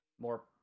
more